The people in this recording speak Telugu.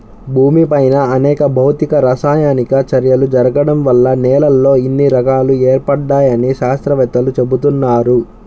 భూమిపైన అనేక భౌతిక, రసాయనిక చర్యలు జరగడం వల్ల నేలల్లో ఇన్ని రకాలు ఏర్పడ్డాయని శాత్రవేత్తలు చెబుతున్నారు